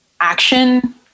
Action